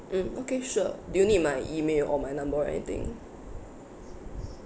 mm okay sure do you need my email or my number or anything